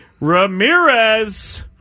Ramirez